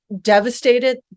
devastated